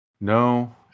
No